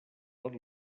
tot